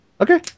Okay